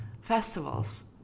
festivals